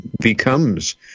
becomes